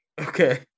Okay